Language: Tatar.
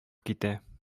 китә